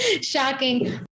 shocking